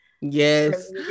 yes